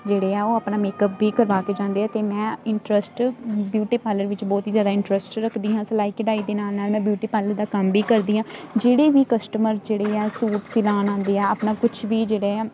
ਜਿਹੜੇ ਆ ਉਹ ਆਪਣਾ ਮੇਕਅਪ ਵੀ ਕਰਵਾ ਕੇ ਜਾਂਦੇ ਆ ਅਤੇ ਮੈਂ ਇੰਟਰਸਟ ਬਿਊਟੀ ਪਾਰਲਰ ਵਿੱਚ ਬਹੁਤ ਹੀ ਜ਼ਿਆਦਾ ਇੰਟਰਸਟ ਰੱਖਦੀ ਹਾਂ ਸਿਲਾਈ ਕਢਾਈ ਦੇ ਨਾਲ ਨਾਲ ਮੈਂ ਬਿਊਟੀ ਪਾਰਲਰ ਦਾ ਕੰਮ ਵੀ ਕਰਦੀ ਹਾਂ ਜਿਹੜੇ ਵੀ ਕਸਟਮਰ ਜਿਹੜੇ ਆ ਸੂਟ ਸਿਲਾਣ ਆਉਂਦੇ ਆ ਆਪਣਾ ਕੁਛ ਵੀ ਜਿਹੜੇ ਆ